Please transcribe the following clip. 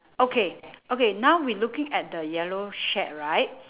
okay okay now we looking at the yellow shack right